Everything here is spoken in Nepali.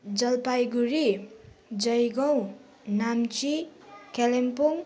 जलपाइगढी जयगाउँ नाम्ची कालिम्पोङ